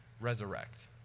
resurrect